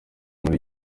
muri